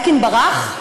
אלקין ברח?